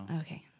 Okay